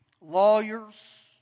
lawyers